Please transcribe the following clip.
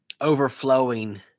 overflowing